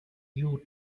you